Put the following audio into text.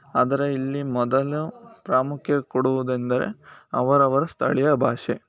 ಆದರೆ ಇಲ್ಲಿ ಮೊದಲು ಪ್ರಾಮುಖ್ಯ ಕೊಡುವುದೆಂದರೆ ಅವರವರ ಸ್ಥಳೀಯ ಭಾಷೆ